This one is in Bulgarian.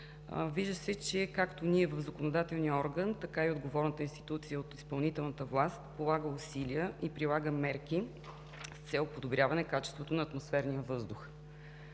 Вижда се, че както ние в законодателния орган, така и отговорната институция от изпълнителната власт полага усилия и прилага мерки с цел подобряване качеството на атмосферния въздух.